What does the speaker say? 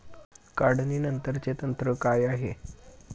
काढणीनंतरचे तंत्र काय आहे?